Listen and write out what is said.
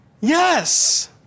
yes